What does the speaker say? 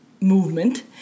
movement